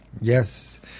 yes